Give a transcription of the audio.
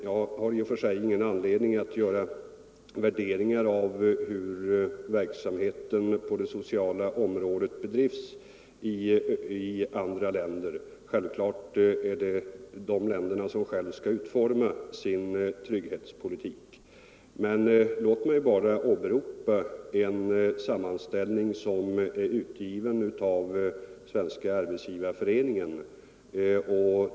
Jag har ingen anledning att göra värderingar av hur verksamheten på det sociala området bedrivs i andra länder. Självfallet är det dessa länder som själva skall utforma sin trygghetspolitik. Men låt mig bara åberopa en sammanställning som är utgiven av Svenska arbetsgivareföreningen.